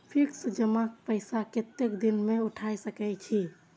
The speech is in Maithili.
फिक्स जमा पैसा कतेक दिन में उठाई सके छी?